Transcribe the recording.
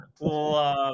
love